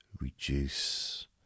reduce